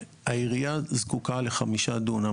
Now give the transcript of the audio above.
מי שלא הרגיש ולא חווה כזה דבר מעולם,